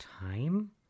time